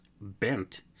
bent